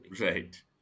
Right